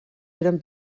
eren